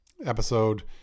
episode